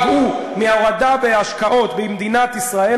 שייפגעו מירידה בהשקעות במדינת ישראל,